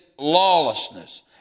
lawlessness